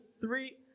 three